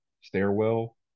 stairwell